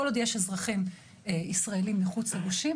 כל עוד יש אזרחים ישראל מחוץ לגושים,